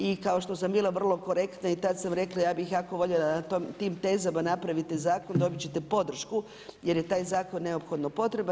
I kao što sam bila vrlo korektna i tad sam rekla ja bih jako voljela da na tim tezama napravite zakon, dobit ćete podršku jer je taj zakon neophodno potreban.